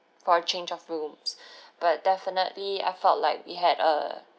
for a change of rooms but definitely I felt like we had a